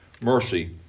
mercy